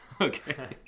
okay